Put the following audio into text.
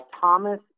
Thomas